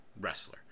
wrestler